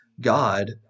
God